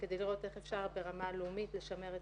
כדי לראות איך אפשר ברמה הלאומית לשמר את